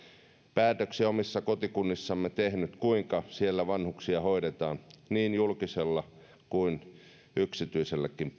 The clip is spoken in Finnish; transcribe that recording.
päätöksiä omissa kotikunnissamme tehneet kuinka siellä vanhuksia hoidetaan niin julkisella kuin yksityiselläkin